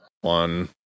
One